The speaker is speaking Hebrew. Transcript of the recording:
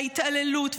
על ההתעללות.